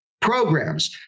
programs